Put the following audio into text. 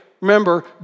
remember